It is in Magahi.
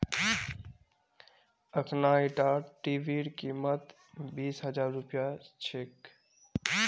अखना ईटा टीवीर कीमत बीस हजार रुपया छेक